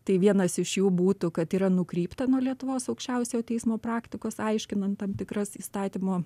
tai vienas iš jų būtų kad yra nukrypta nuo lietuvos aukščiausiojo teismo praktikos aiškinant tam tikras įstatymo